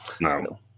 No